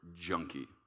junkie